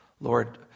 Lord